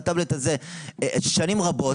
הטבלבט הזה שנים רבות,